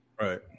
Right